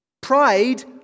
Pride